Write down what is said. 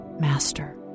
master